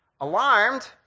alarmed